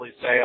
say